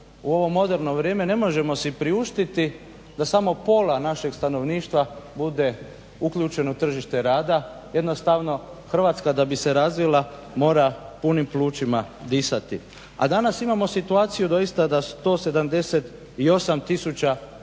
u ovo moderno vrijeme ne možemo si priuštiti da samo pola našeg stanovništva bude uključeno u tržište rada. Jednostavno Hrvatska da bi se razvila mora punim plućima disati, a danas imamo situaciju doista da su to 78000 žena